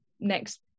next